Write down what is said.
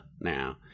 now